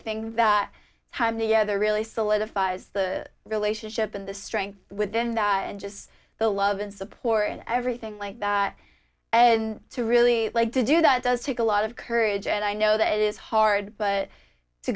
think that time the other really solidifies the relationship and the strength within the and just the love and support and everything like that and to really like to do that does take a lot of courage and i know that it is hard